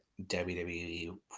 WWE